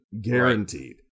Guaranteed